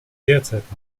derzeit